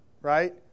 right